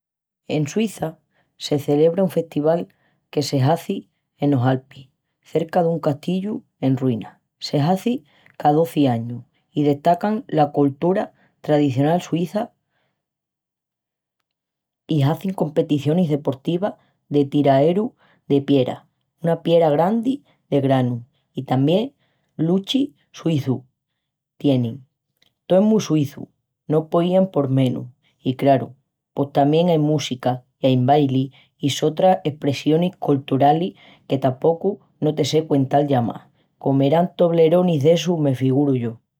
En Suíça se celebra un festival que se hazi enos Alpis, cerca dun castillu en ruinas. Se hazi ca dozi añus i destacan la coltura tradicional suíça i hazin competicionis deportivas de tiraeru de piera, una piera grandi de granu, i tamién luchi suíçu tienin. Tó es mu suíçu, no poían por menus. I, craru, pos tamién ai música, i ain bailis i sotras espressionis colturalis que tapocu no te sé cuental ya más. Comerán Tobleronis d'essus, me figuru yo.